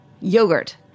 yogurt